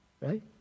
Right